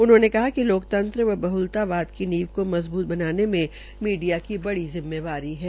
उन्होंने कहा कि लोकतंत्र व बहलतावाद की नींव को मजबूत बनाने में बड़ी जिम्मेवारी है